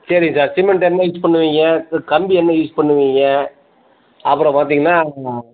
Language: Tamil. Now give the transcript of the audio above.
சரி சார் சிமெண்ட் என்ன யூஸ் பண்ணுவீங்க க கம்பி என்ன யூஸ் பண்ணுவீங்க அப்புறம் பார்த்தீங்கன்னா